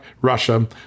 Russia